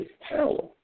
power